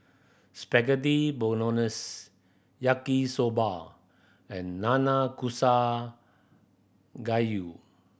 Spaghetti Bolognese Yaki Soba and Nanakusa Gayu